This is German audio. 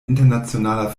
internationaler